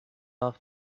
off